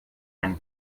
einen